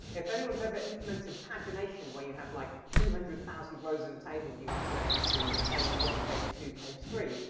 if anyone's ever implemented pagination where you have like two hundred thousand rows in a table and you want to do page one, page two, page three,